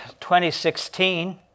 2016